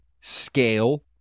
scale